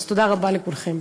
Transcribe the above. אז תודה רבה לכולכם.